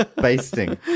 basting